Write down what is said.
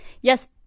yes